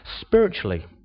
spiritually